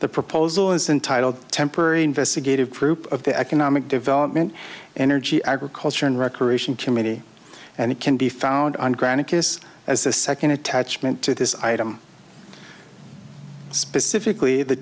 the proposal is entitled temporary investigative group of the economic development energy agriculture and recreation committee and it can be found on granite kiss as a second attachment to this item specifically the